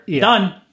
Done